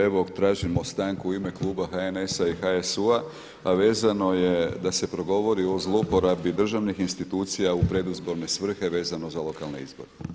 Evo tražimo stanku u ime kluba HNS-a i HSU-a a vezano je da se progovori o zlouporabi državnih institucija u predizborne svrhe vezano za lokalne izbore.